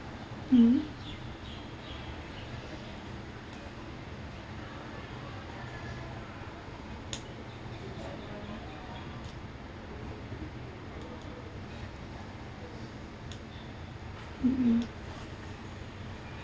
mmhmm mmhmm